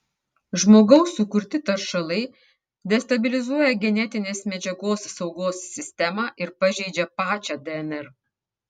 žmogaus sukurti taršalai destabilizuoja genetinės medžiagos saugos sistemą ir pažeidžia pačią dnr